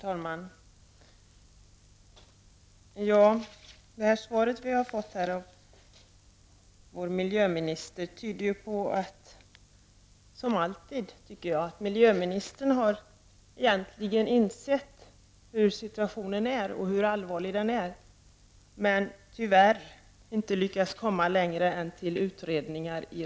Herr talman! Det svar vi har fått av vår miljöminister tyder, som alltid, tycker jag, på att miljöministern egentligen har insett hur allvarlig situationen är, men tyvärr inte lyckats nå något annat resultat än utredningar.